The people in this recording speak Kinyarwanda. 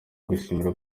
gushimangira